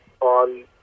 on